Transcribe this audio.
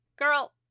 girl